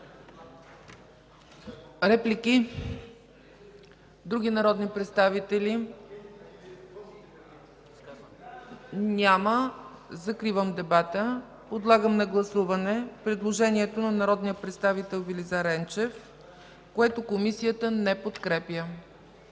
Реплики? Други народни представители? Няма. Закривам дебата. Подлагам на гласуване предложението на народния представител Велизар Енчев, което Комисията не подкрепя.